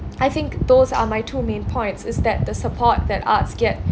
I think those are my two main points is that the support that arts get